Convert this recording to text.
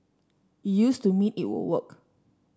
it used to mean it would work